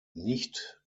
nicht